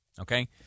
Okay